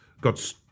got